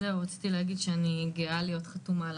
שלום לכולם, אני גאה להיות חתומה על